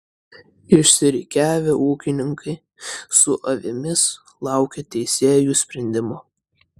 išsirikiavę ūkininkai su avimis laukė teisėjų sprendimo